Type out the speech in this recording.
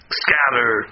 scatter